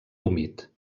humit